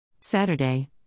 Saturday